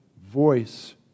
voice